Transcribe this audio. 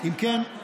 אם כן,